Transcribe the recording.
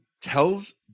tells